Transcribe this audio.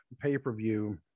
pay-per-view